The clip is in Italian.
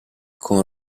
con